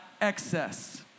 excess